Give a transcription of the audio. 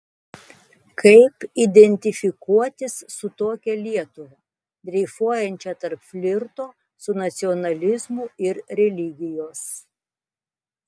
kaip identifikuotis su tokia lietuva dreifuojančia tarp flirto su nacionalizmu ir religijos